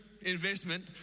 investment